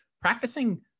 practicing